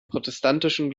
protestantischen